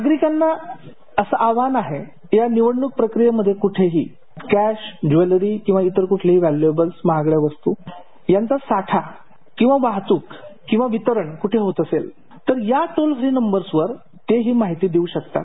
नागरिकांना असं आवाहन आहे या निवडणूक प्रक्रियेमध्ये कुठेही कॅश ज्वेलरी किंवा इतर कुठल्याही व्हॅल्यूएबल्स महागड्या वस्तू यांचा साठा किंवा वाहतूक किंवा वितरण कुठे होत असेल तर ते ह्या टोल फ्री नंबरवर ते ही माहिती देऊ शकतात